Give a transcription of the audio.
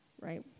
right